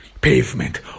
pavement